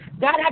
God